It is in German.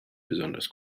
besonders